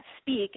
speak